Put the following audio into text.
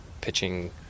pitching